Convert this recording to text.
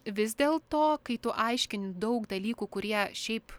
vis dėl to kai tu aiškini daug dalykų kurie šiaip